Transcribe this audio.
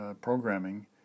programming